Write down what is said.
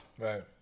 Right